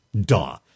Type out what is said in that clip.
duh